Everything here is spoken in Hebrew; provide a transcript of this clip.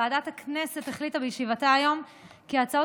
ועדת הכנסת החליטה בישיבתה היום כי הצעות